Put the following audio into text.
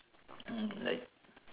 mm like